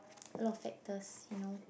a lot of factors you know